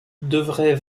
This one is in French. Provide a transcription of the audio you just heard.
devrait